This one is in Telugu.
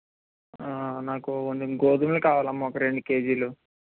నాకు కొంచెం గోధుమలు కావాలమ్మ ఒక రెండు కేజీలు